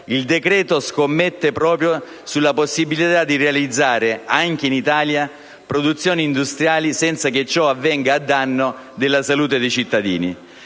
Il decreto scommette proprio sulla possibilità di realizzare -anche in Italia - produzioni industriali, senza che ciò avvenga a danno della salute dei cittadini.